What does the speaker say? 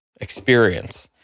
experience